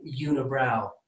unibrow